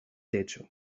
techo